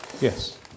Yes